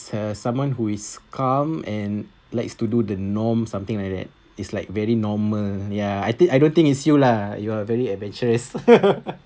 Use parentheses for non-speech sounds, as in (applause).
for someone who is calm and likes to do the norm something like that is like very normal ya I think I don't think is you lah you are very adventurous (laughs)